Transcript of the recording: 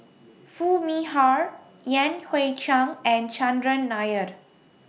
Foo Mee Har Yan Hui Chang and Chandran Naired